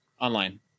online